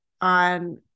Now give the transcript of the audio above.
on